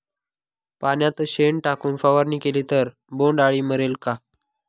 पाण्यात शेण टाकून फवारणी केली तर बोंडअळी मरेल का?